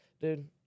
dude